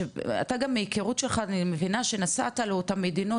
אתה גם מהיכרות שלך אני מבינה שנסעת לאותם מדינות